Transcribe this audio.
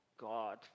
God